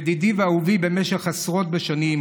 ידידי ואהובי עשרות בשנים,